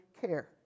care